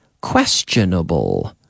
questionable